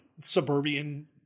suburban